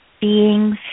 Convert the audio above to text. beings